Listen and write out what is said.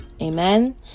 Amen